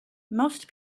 most